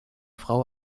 frau